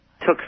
took